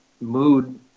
mood